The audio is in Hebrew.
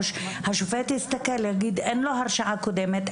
השופט יסתכל ויגיד שאין לו הרשעה קודמת,